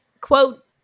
quote